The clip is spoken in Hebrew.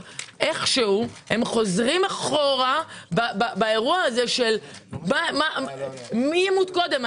איכשהו הם חוזרים עכשיו אחורה באירוע הזה של מי ימות קודם,